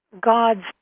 God's